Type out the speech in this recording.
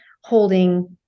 holding